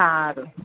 સારું